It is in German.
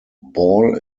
ball